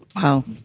wow.